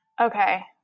okay